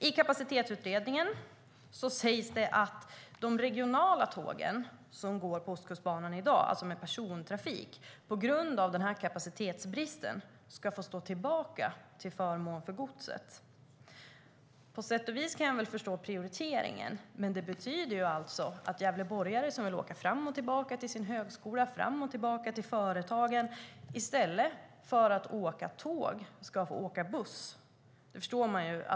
I Kapacitetsutredningen sägs det att persontrafiken på de regionala tågen på Ostkustbanan i dag på grund av kapacitetsbristen ska få stå tillbaka till förmån för godset. På sätt och vis kan jag förstå prioriteringen, men det betyder alltså att gävleborgare som vill åka fram och tillbaka till högskola eller företag i stället för att åka tåg ska få åka buss.